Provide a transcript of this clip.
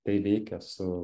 tai veikia su